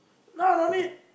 no no need